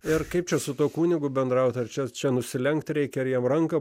ir kaip čia su tuo kunigu bendrauti ar čia čia nusilenkti reikia jam ranką